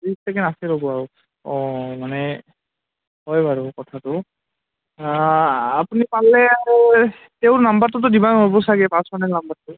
আছে ৰ'ব আৰু অঁ মানে হয় বাৰু কথাটো আপুনি পাৰলে আৰু তেওঁৰ নাম্বাৰটোতো দিব নোৱাৰিব চাগে পাৰ্চনেল নাম্বাৰটো